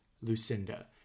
Lucinda